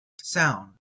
sound